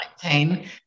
pain